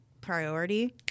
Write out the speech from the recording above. priority